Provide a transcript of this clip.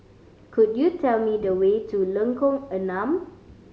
could you tell me the way to Lengkong Enam